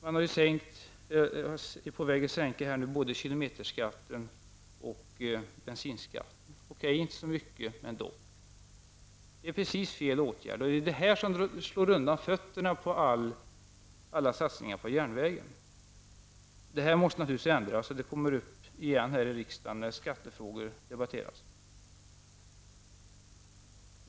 Man är på väg att sänka både kilometerskatten och bensinskatten, visserligen inte så mycket, men dock. Det är helt fel åtgärder, och de slår undan fötterna för alla satsningar på järnvägen. Detta måste naturligtvis ändras. Frågan kommer att tas upp på nytt här i riksdagen när dessa skattefrågor debatteras.